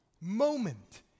moment